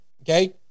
okay